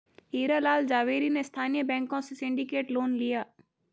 हीरा लाल झावेरी ने स्थानीय बैंकों से सिंडिकेट लोन लिया